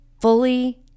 fully